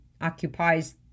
occupies